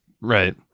Right